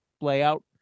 layout